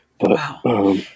Wow